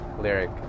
lyric